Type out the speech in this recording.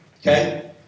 Okay